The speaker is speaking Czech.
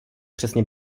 přesně